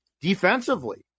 defensively